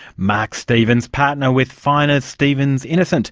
mark stephens, partner with finer stephens innocent.